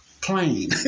plain